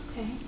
Okay